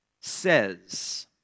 says